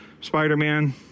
Spider-Man